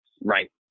Right